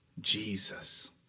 Jesus